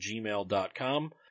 gmail.com